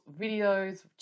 videos